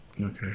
Okay